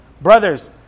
Brothers